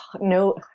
no